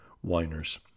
whiners